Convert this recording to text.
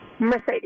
Mercedes